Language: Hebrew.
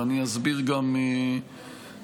ואני אסביר גם למה.